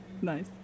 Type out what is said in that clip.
Nice